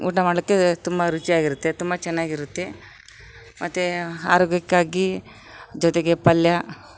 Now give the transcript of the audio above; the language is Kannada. ಊಟ ಮಾಡಲಿಕ್ಕೇ ತುಂಬ ರುಚಿಯಾಗಿರುತ್ತೆ ತುಂಬ ಚೆನ್ನಾಗಿರುತ್ತೆ ಮತ್ತು ಆರೋಗ್ಯಕ್ಕಾಗಿ ಜೊತೆಗೆ ಪಲ್ಯ